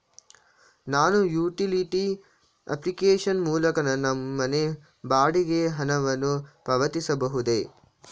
ನಾನು utility application ಮೂಲಕ ನನ್ನ ಮನೆ ಬಾಡಿಗೆ ಹಣವನ್ನು ಪಾವತಿಸಬಹುದೇ?